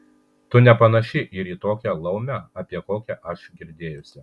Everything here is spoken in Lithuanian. tu nepanaši ir į tokią laumę apie kokią aš girdėjusi